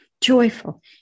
joyful